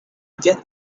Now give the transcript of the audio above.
get